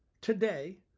today